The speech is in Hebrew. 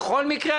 בכל מקרה,